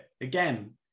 again